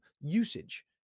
usage